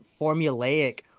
formulaic